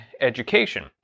education